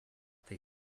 they